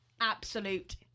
Absolute